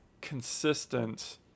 consistent